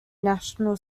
national